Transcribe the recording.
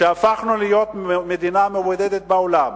הפכנו מדינה מבודדת בעולם.